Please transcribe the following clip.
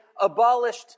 abolished